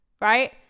right